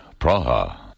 Praha